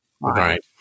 right